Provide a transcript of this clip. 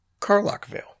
Carlockville